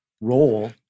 role